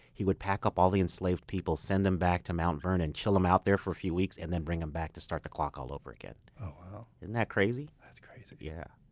he would pack up all the enslaved people, send them back to mount vernon, chill them out there for a few weeks, and then bring them back to start the clock all over again oh, wow isn't that crazy? that's crazy. yeah